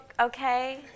okay